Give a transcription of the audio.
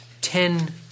ten